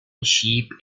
sheep